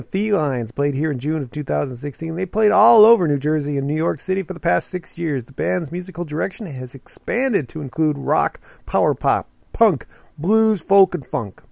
the feline's played here in june of two thousand and sixteen they played all over new jersey in new york city for the past six years the band's musical direction has expanded to include rock power pop punk blues folk and funk